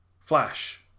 flash